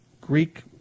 Greek